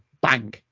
bang